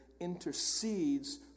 intercedes